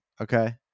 okay